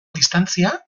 distantzia